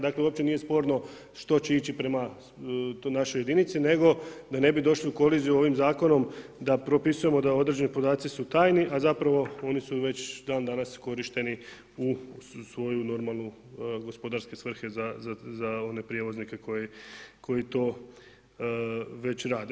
Dakle uopće nije sporno što će ići prema toj našoj jedinici, nego da ne bi došli u koliziju ovim zakonom da propisujemo da određeni podaci su tajni a zapravo oni su već dan danas korišteni u svoje normalne gospodarske svrhe za one prijevoznike koji to već rade.